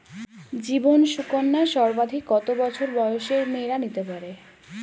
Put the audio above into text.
জীবন সুকন্যা সর্বাধিক কত বছর বয়সের মেয়েরা নিতে পারে?